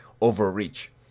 overreach